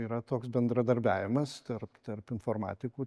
yra toks bendradarbiavimas tarp tarp informatikų